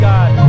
God